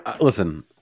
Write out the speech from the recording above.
listen